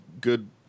good